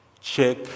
check